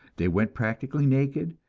they went practically naked,